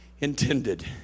intended